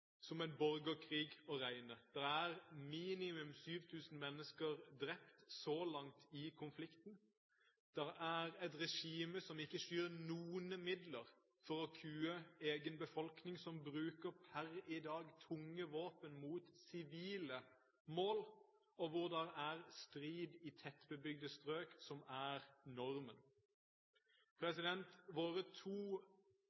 som en borgerkrig å regne. Der er minimum 7 000 mennesker drept så langt i konflikten. Det er et regime som ikke skyr noen midler for å kue egen befolkning, som per i dag bruker tunge våpen mot sivile mål, og hvor det er strid i tettbebygde strøk som er normen.